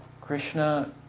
Krishna